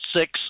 six